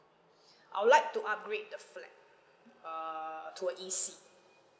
I would like to upgrade the flat err to a E_C